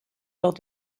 lors